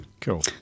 Cool